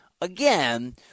Again